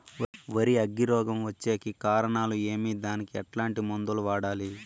వరి అగ్గి రోగం వచ్చేకి కారణాలు ఏమి దానికి ఎట్లాంటి మందులు వాడాలి?